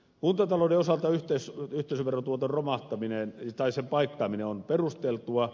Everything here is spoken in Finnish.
kuntatalouden osalta yhteisöverotuoton romahtamisen paikkaaminen on perusteltua